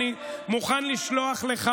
אני מוכן לשלוח לך.